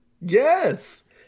Yes